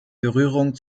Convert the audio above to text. berührung